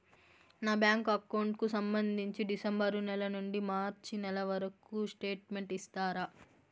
నా bank account కు సంబంధించి డిసెంబరు నెల నుండి మార్చి నెలవరకు స్టేట్మెంట్ ఇస్తారా?